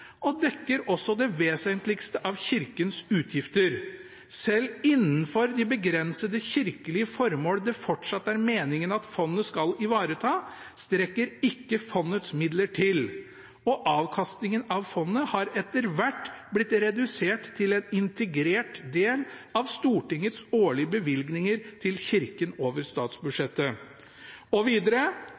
og dekker også det vesentligste av kirkens utgifter. Selv innenfor de begrensede kirkelige formål det fortsatt er meningen at fondet skal ivareta, strekker ikke fondets midler til, og avkastningen av fondet har etter hvert blitt redusert til en integrert del av Stortingets årlige bevilgninger til kirken over statsbudsjettet.» Og videre: